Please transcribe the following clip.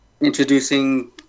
introducing